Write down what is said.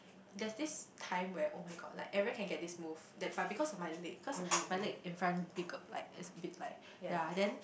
that's this time where [oh]-my-god like everyone can get this move that but because of my leg cause my leg in front bigger like is a bit like yea then